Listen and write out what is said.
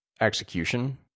execution